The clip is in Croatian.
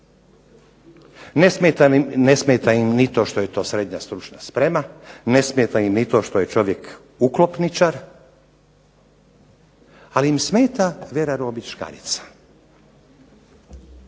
Ne smeta im ni to što je to SSS, ne smeta im ni to što je čovjek uklopničar, ali im smeta Vera Robić Škarica,